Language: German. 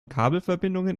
kabelverbindungen